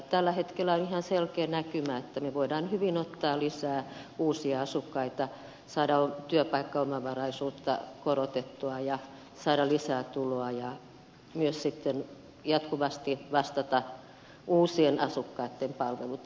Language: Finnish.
tällä hetkellä on ihan selkeä näkymä että me voimme hyvin ottaa lisää uusia asukkaita saada työpaikkaomavaraisuutta korotettua ja saada lisää tuloa ja myös sitten jatkuvasti vastata uusien asukkaitten palvelutarpeeseen